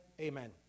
Amen